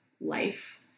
life